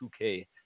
2K